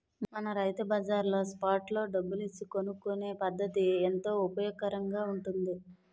మన రైతు బజార్లో స్పాట్ లో డబ్బులు ఇచ్చి కొనుక్కునే పద్దతి ఎంతో ఉపయోగకరంగా ఉంటుంది